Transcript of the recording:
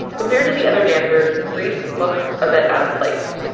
compared to the other dancers, reese looks a bit out of place.